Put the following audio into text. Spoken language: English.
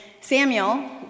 Samuel